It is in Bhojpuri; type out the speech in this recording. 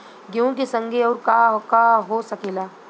गेहूँ के संगे आऊर का का हो सकेला?